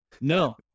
no